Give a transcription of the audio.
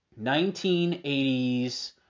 1980s